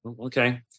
okay